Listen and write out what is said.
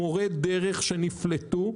מורי דרך שנפלטו,